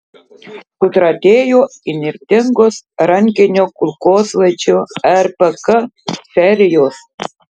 sutratėjo įnirtingos rankinio kulkosvaidžio rpk serijos